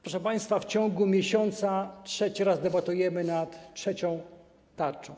Proszę państwa, w ciągu miesiąca trzeci raz debatujemy nad trzecią tarczą.